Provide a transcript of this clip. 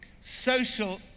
Social